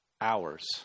hours